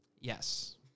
Yes